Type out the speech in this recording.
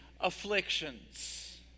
afflictions